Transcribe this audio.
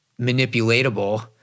manipulatable